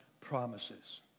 promises